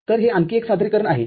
तर हे आणखी एक सादरीकरण आहे